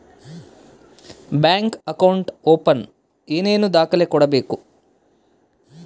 Bank account open ಏನೇನು ದಾಖಲೆ ಕೊಡಬೇಕು?